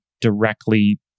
directly